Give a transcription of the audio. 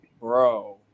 bro